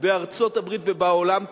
בארצות-הברית ובעולם כולו.